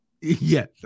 Yes